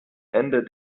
ende